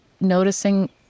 noticing